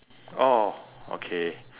oh okay